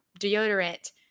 deodorant